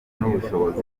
n’ubushobozi